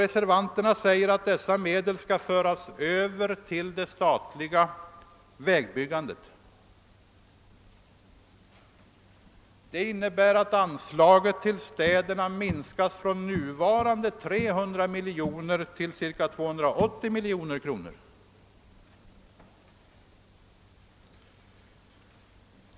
Reservanterna säger att dessa 50 miljoner kronor skall föras över till anslaget för det statliga vägbyggandet. Det innebär, såsom också tidigare talare sagt, att anslaget till städerna minskas från nuvarande ca 300 miljoner kronor till ca 280 miljoner kronor.